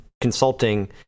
consulting